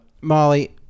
Molly